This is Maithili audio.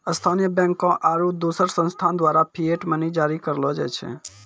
स्थानीय बैंकों आरू दोसर संस्थान द्वारा फिएट मनी जारी करलो जाय छै